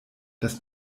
das